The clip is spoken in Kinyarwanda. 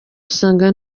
usanga